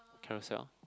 Carousell